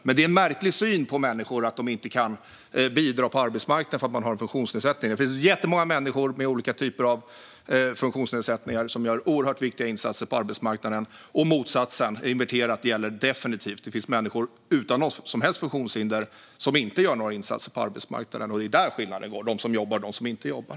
Men det är en märklig syn på människor att de inte kan bidra på arbetsmarknaden för att de har en funktionsnedsättning. Det finns jättemånga människor med olika typer av funktionsnedsättningar som gör oerhört viktiga insatser på arbetsmarknaden. Och motsatt, inverterat, gäller att det definitivt finns människor utan något som helst funktionshinder som inte gör några insatser på arbetsmarknaden. Och skillnaden går där, alltså mellan dem som jobbar och dem som inte jobbar.